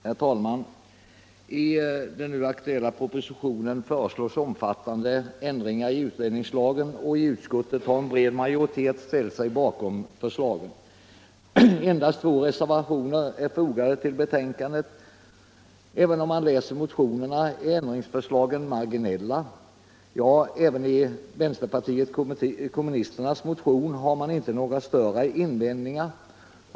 Herr talman! I den proposition som vi nu behandlar föreslås omfattande ändringar i utlänningslagen, och i inrikesutskottets betänkande nr 24 har en bred majoritet ställt sig bakom propositionens förslag. Endast i tre fall har avvikande meningar anmälts. Också i motionerna är ändringsförslagen marginella. Inte ens i vänsterpartiet kommunisternas motion har man gjort några större invändningar.